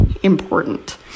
important